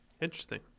Interesting